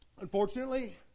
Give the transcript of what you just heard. Unfortunately